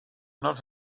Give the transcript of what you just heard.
not